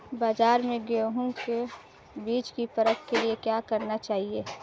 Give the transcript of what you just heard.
बाज़ार में गेहूँ के बीज की परख के लिए क्या करना चाहिए?